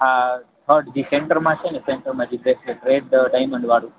અ third જે સેન્ટરમાં છે ને સેન્ટરમા રેડ ડાયમંડવાળું